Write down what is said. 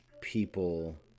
people